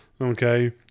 Okay